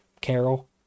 Carol